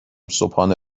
صبحانه